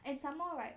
and some more right